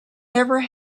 never